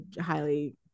highly